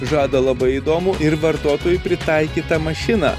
žada labai įdomų ir vartotojui pritaikytą mašiną